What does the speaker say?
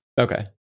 Okay